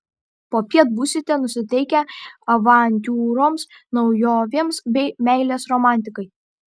popiet būsite nusiteikę avantiūroms naujovėms bei meilės romantikai